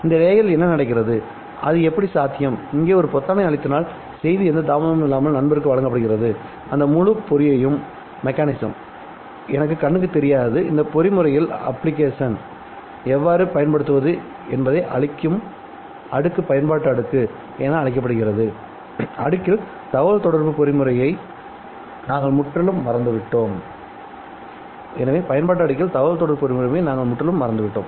இந்த லேயரில் என்ன நடக்கிறது அது எப்படி சாத்தியம்இங்கே ஒரு பொத்தானை அழுத்தினால் செய்தி எந்த தாமதமும் இல்லாமல் நண்பருக்கு வழங்கப்படுகிறதுஅந்த முழு பொறிமுறையும் எனக்கு கண்ணுக்கு தெரியாதது இந்த பொறிமுறையில் அப்ளிகேஷனை எவ்வாறு பயன்படுத்துவது என்பதை அளிக்கும் அடுக்கு பயன்பாட்டு அடுக்கு என அழைக்கப்படுகிறது எனவே பயன்பாட்டு அடுக்கில் தகவல்தொடர்பு பொறிமுறையை நாங்கள் முற்றிலும் மறந்துவிட்டோம்